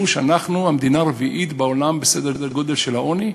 שאנחנו המדינה הרביעית בעולם בסדר-הגודל של העוני,